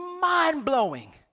mind-blowing